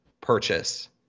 purchase